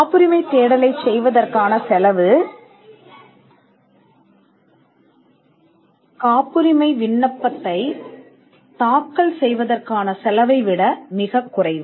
காப்புரிமை தேடலை உருவாக்குவதற்கான செலவு காப்புரிமை விண்ணப்பத்தை தாக்கல் செய்வதற்கான செலவை விட மிகக் குறைவு